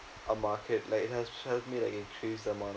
a market like it has helped me like increase the amount